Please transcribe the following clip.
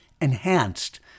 enhanced